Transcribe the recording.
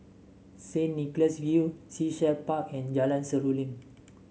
Saint Nicholas View Sea Shell Park and Jalan Seruling